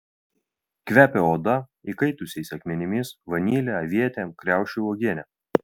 kvepia oda įkaitusiais akmenimis vanile avietėm kriaušių uogiene